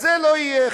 אז זה לא יהיה.